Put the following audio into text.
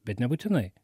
bet nebūtinai